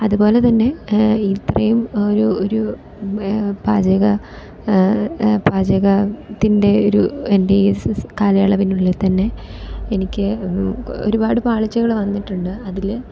അതുപോലെ തന്നെ ഇത്രയും ഒരു ഒരു പാചക പാചകത്തിൻ്റെ ഒരു കാലയളവിനുള്ളിൽ തന്നെ എനിക്ക് ഒരുപാട് പാളിച്ചകൾ വന്നിട്ടുണ്ട് അതിൽ